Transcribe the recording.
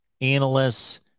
analysts